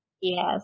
Yes